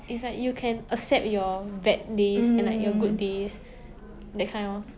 it's like you can accept your bad days and like your good days that kind lor